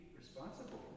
responsible